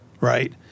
right